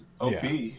OB